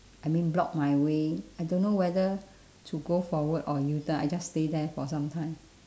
I mean block my way I don't know whether to go forward or U turn I just stay there for some time